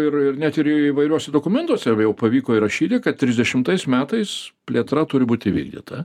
ir ir net ir įvairiuose dokumentuose jau pavyko įrašyti kad trisdešimtais metais plėtra turi būti įvykdyta